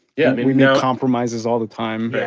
yeah, we know compromises all the time,